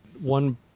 One